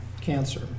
cancer